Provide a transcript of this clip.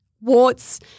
warts